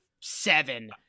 seven